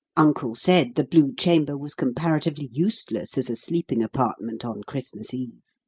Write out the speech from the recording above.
uncle said the blue chamber was comparatively useless as a sleeping-apartment on christmas eve.